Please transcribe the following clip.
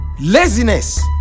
Laziness